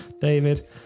david